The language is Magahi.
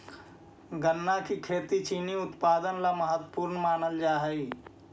गन्ना की खेती चीनी उत्पादन ला महत्वपूर्ण मानल जा हई